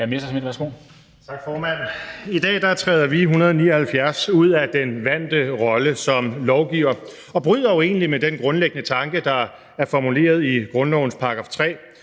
Messerschmidt (DF): Tak, formand. I dag træder vi 179 ud af den vante rolle som lovgivere og bryder jo egentlig med den grundlæggende tanke, der er formuleret i grundlovens § 3,